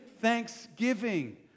thanksgiving